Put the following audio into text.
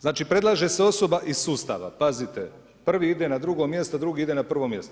Znači predlaže se osoba iz sustava, pazite prvi ide na drugo mjesto, drugi ide na prvo mjesto.